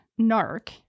NARC